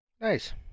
Nice